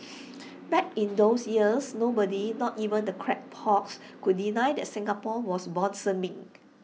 back in those years nobody not even the crackpots could deny that Singapore was blossoming